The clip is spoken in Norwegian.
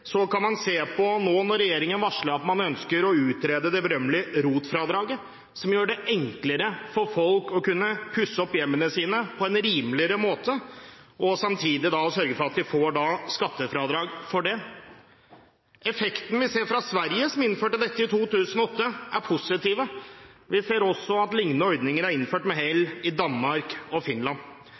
regjeringen har varslet at de ønsker å utrede det berømmelige ROT-fradraget, som gjør det enklere for folk å kunne pusse opp hjemmene sine på en rimeligere måte og samtidig sørge for at de får skattefradrag for det. Effektene i Sverige, som innførte dette i 2008, er positive. Vi ser også at liknende ordninger er innført med hell i Danmark og Finland.